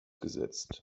gesetzt